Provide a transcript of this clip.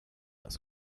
das